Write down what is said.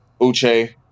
Uche